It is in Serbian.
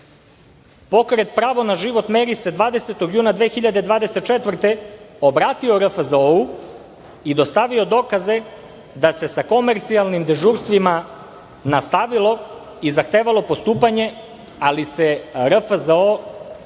rada. Pokret „Pravo na život Meri“ se 20. juna 2024. godine obratio RFZO-u i dostavio dokaze da se sa komercijalnim dežurstvima nastavilo i zahtevalo postupanje, ali se RFZO ovaj